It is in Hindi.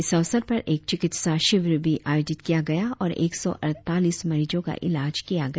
इस अवसर पर एक चिकित्सा शिविर भी आयोजित किया गया और एक सौ अड़तालीस मरीजों का इलाज किया गया